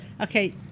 Okay